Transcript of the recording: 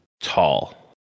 tall